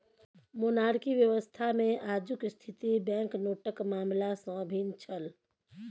monarchy व्यवस्थामे आजुक स्थिति बैंकनोटक मामला सँ भिन्न छल